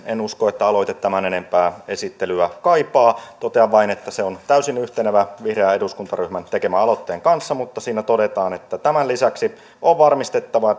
en usko että aloite tämän enempää esittelyä kaipaa totean vain että se on täysin yhtenevä vihreän eduskuntaryhmän tekemän aloitteen kanssa mutta siinä todetaan että tämän lisäksi on varmistettava